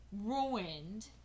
ruined